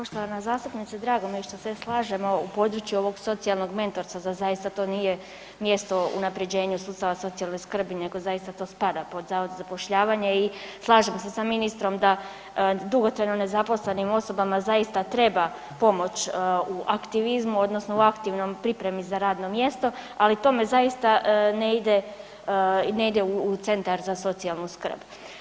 Poštovana zastupnice drago mi je što se slažemo u području ovog socijalnog mentorstva da zaista to nije mjesto unapređenju sustava socijalne skrbi, nego zaista to spada pod zavod za zapošljavanje i slažem se sa ministrom da dugotrajno nezaposlenim osobama zaista treba pomoć u aktivizmu odnosno u aktivnoj pripremi za radno mjesto, ali tome zaista ne ide, ne ide u centar za socijalnu skrb.